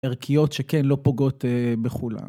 ערכיות שכן לא פוגעות בכולם.